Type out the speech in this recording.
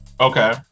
Okay